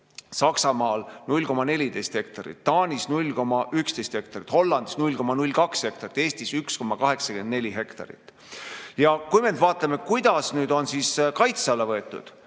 Saksamaal 0,14 hektarit, Taanis 0,11 hektarit, Hollandis 0,02 hektarit ja Eestis 1,84 hektarit. Kui me nüüd vaatame, kuidas nüüd on siis kaitse alla võetud,